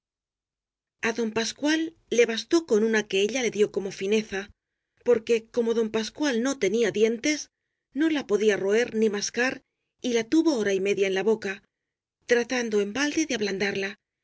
á don pascual le bastó con una que ella le dió como fineza porque como don pascual no tenía dientes no la podía roer ni mascar y la tuvo hora y media en la boca tratando en balde de